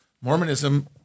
Mormonism